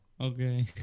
okay